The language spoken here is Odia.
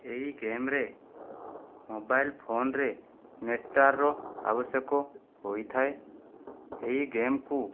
ଏହି ଗେମରେ ମୋବାଇଲ ଫୋନରେ ନେଟୱାର୍କର ଆବଶ୍ୟକ ହୋଇଥାଏ ଏହି ଗେମକୁ